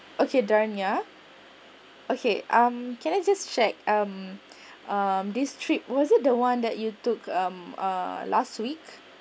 okay darniah okay um can I just check um um this trip was it the one that you took um um last week